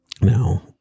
Now